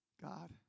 God